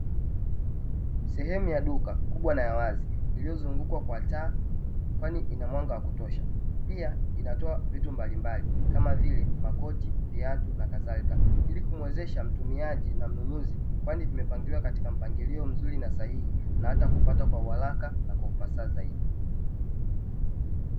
Sehemu ya duka kubwa na ya wazi iliyozungukwa kwa taa kwani ina mwanga wa kutosha pia inatoa vitu mbalimbali kama vile makoti, viatu nakadhalika ili kumuwezesha mtumiaji na mnunuzi, kwani vimepangiliwa katika mpangilio mzuri na sahihi na hata kupata kwa uharaka na kwa ufasaha zaidi.